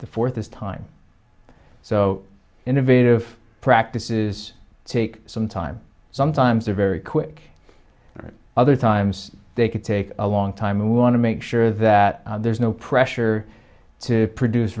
the fourth is time so innovative practices take some time sometimes they're very quick other times they can take a long time and we want to make sure that there's no pressure to produce